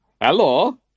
hello